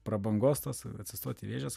prabangos tas atsistoti į vėžes